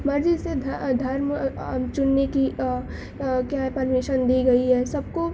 مرضی سے دھرم چننے کی کیا ہے پرمیشن دی گئی ہے سب کو